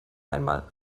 einmal